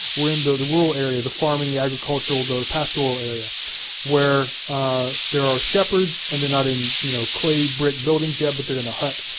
we're in the the rural area, the farming, the agricultural, the pastoral area where there are shepherds and they're not in you know clay, brick buildings yet, but they're in a hut.